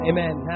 Amen